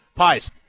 Pies